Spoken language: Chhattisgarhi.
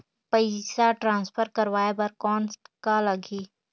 पइसा ट्रांसफर करवाय बर कौन का लगही?